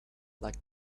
like